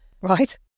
right